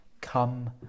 Come